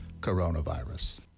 coronavirus